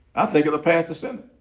i think it'll pass the senate.